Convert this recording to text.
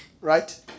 Right